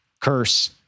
curse